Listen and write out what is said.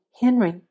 Henry